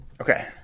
okay